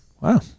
Wow